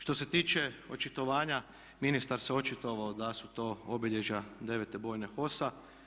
Što se tiče očitovanja ministar se očitovao da su to obilježja 9. bojne HOS-a.